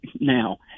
now